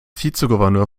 vizegouverneur